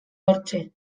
hortxe